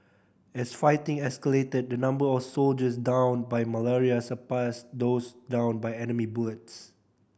as fighting escalated the number of soldiers downed by Malaria surpassed those downed by enemy bullets